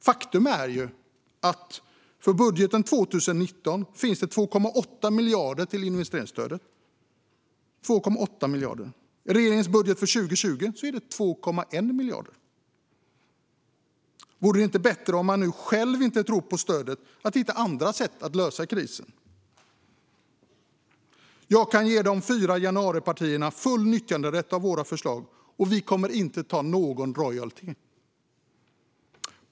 Faktum är ju att det i budgeten för 2019 finns 2,8 miljarder till investeringsstödet, men i regeringens budget för 2020 är det 2,1 miljarder. Vore det inte bättre att hitta andra sätt att lösa krisen om man nu själv inte tror på stödet? Jag kan ge de fyra januaripartierna full nyttjanderätt till våra förslag - vi kommer inte att ta någon royalty!